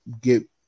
get